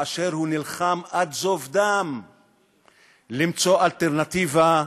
נלחם עד זוב דם למצוא אלטרנטיבה,